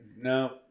No